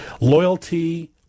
Loyalty